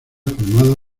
formada